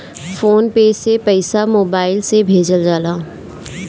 phone पे से पईसा mobile से भेजल जाला